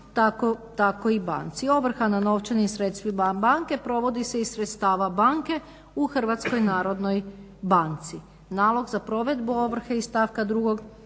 tako i banci. Ovrha na novčanim sredstvima banke provodi se iz sredstava banke u Hrvatskoj narodnoj banci. Nalog za provedbu ovrhe iz stavka 2. ovog članka